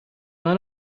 منو